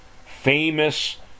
famous